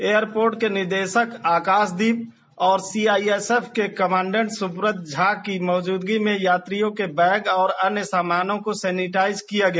airport के निदेशक आकाशदीप और सीआईएसएफ के कमांडेट सुब्रत झा की मौजूदगी में यात्रियों के बैग और अन्य सामानों को सैनिटाइज किया गया